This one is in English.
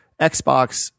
Xbox